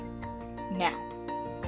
now